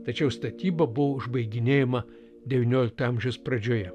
tačiau statyba buvo užbaiginėjama devyniolikto amžiaus pradžioje